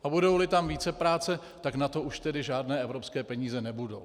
A budouli tam vícepráce, tak na to už žádné evropské peníze nebudou.